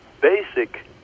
basic